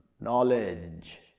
knowledge